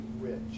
rich